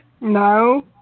No